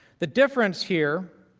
the difference here